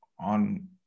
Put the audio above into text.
on